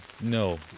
no